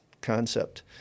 concept